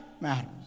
matters